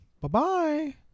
Bye-bye